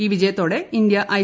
ഈ വിജയത്തോടെ ഇന്ത്യ ഐ